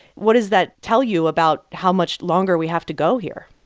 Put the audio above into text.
what does that tell you about how much longer we have to go here?